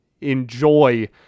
enjoy